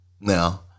Now